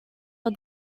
all